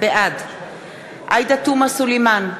בעד עאידה תומא סלימאן,